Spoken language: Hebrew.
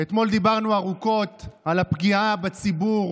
אתמול דיברנו ארוכות על הפגיעה בציבור